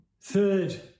third